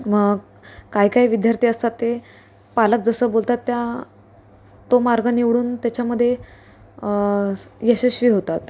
मग काय काही विद्यार्थी असतात ते पालक जसं बोलतात त्या तो मार्ग निवडून त्याच्यामध्ये यशस्वी होतात